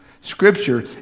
Scripture